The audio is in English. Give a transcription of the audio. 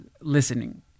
listening